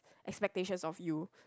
expectations of you